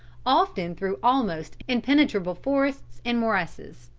often through almost impenetrable forests and morasses.